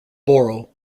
borough